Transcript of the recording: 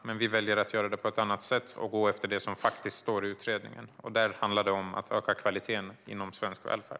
Men vi väljer att göra det på ett annat sätt och gå efter det som faktiskt står i utredningen, och där handlar det om att öka kvaliteten inom svensk välfärd.